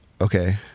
okay